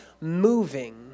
moving